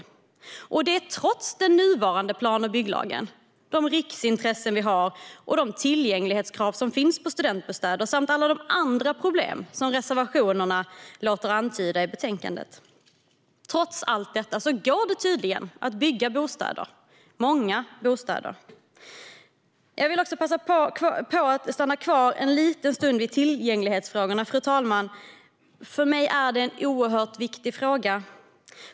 Det har skett trots den nuvarande plan och bygglagen, de riksintressen vi har, de tillgänglighetskrav som finns för studentbostäder samt alla de andra problem som de reservationer som behandlas i detta betänkande låter antyda. Trots allt detta går det tydligen att bygga bostäder, många bostäder. Fru talman! Jag vill stanna kvar en liten stund vid tillgänglighetsfrågorna. För mig är det en oerhört viktig fråga.